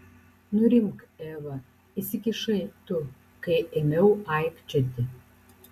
nurimk eva įsikišai tu kai ėmiau aikčioti